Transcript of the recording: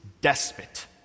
despot